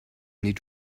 need